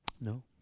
no